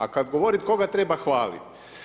A kad govorit koga treba hvalit?